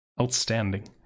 outstanding